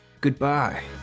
goodbye